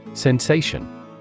Sensation